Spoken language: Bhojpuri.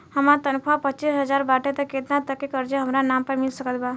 हमार तनख़ाह पच्चिस हज़ार बाटे त केतना तक के कर्जा हमरा नाम पर मिल सकत बा?